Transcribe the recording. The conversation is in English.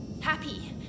Happy